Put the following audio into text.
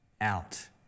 out